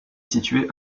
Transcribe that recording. située